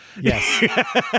Yes